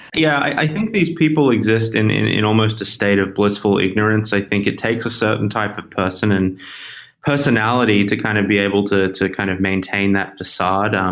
yeah. i think these people exist in in almost a state of blissful ignorance. i think it takes a certain type of person and personality to kind of be able to to kind of maintain that facade. um